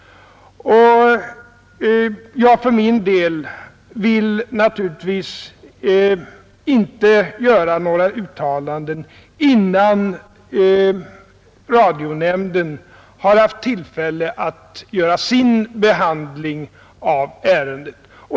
Jag för min del vill naturligtvis inte göra några uttalanden innan radionämnden haft tillfälle att behandla ärendet.